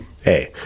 hey